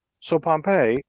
so pompey,